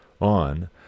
on